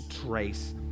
Trace